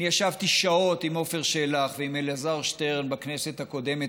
אני ישבתי שעות עם עפר שלח ועם אלעזר שטרן בכנסת הקודמת,